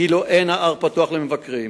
כאילו אין ההר פתוח למבקרים,